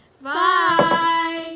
Bye